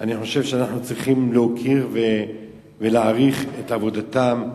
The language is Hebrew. אני חושב שאנחנו צריכים להוקיר ולהעריך את עבודתם.